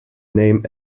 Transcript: name